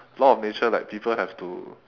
law of nature like people have to